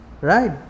Right